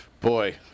Boy